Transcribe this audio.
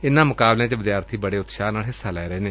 ਇਨੂਾਂ ਮੁਕਾਬਲਿਆਂ ਵਿੱਚ ਵਿਦਿਆਰਥੀ ਬੜੇ ਹੀ ਉਤਸ਼ਾਹ ਨਾਲ ਹਿੱਸਾ ਲੈ ਰਹੇ ਨੇ